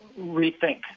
rethink